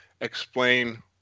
explain